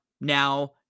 now